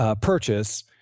purchase